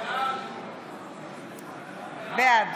בעד